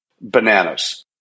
bananas